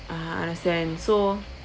uh understand so